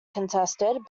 contested